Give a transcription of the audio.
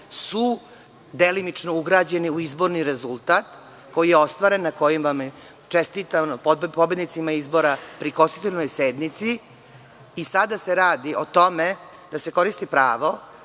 su delimično ugrađeni u izborni rezultat koji je ostvaren, na kojima vam čestitam, pobednicima izbora na Konstitutivnoj sednici. Sada se radi o tome da se koristi pravo